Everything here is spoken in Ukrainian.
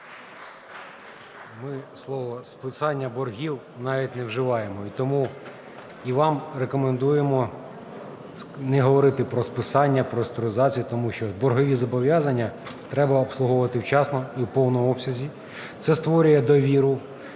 Ми слово "списання" боргів навіть не вживаємо, і тому і вам рекомендуємо не говорити про списання, про реструктуризацію, тому що боргові зобов'язання треба обслуговувати вчасно і в повному обсязі. Це створює довіру